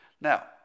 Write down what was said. Now